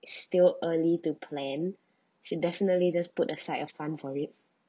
still early to plan should definitely just put aside a fund for it